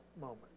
moment